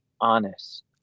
honest